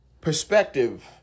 perspective